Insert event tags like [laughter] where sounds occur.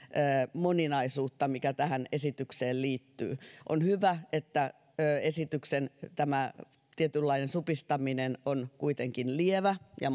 moninaisuutta mitä tähän esitykseen liittyy on hyvä että esityksen tietynlainen supistaminen on kuitenkin lievää ja [unintelligible]